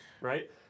right